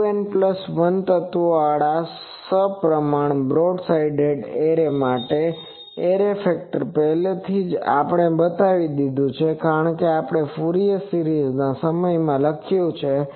2N 1 તત્વોવાળા સપ્રમાણ broad side array માટે એરે ફેક્ટર પહેલેથી જ આપણે બતાવી દીધું છે કે આપણે તે ફ્યુરિયર સિરીઝ ના સમય માં લખ્યું છે